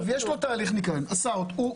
יש לו תהליך ניקיון, עשה אותו.